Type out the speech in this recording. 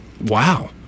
Wow